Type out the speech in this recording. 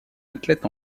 athlètes